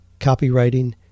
copywriting